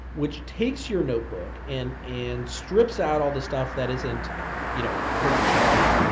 which takes your notebook and and strips out all the stuff that isn't you know production ready,